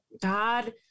God